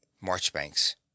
Marchbanks